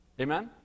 Amen